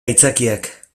aitzakiak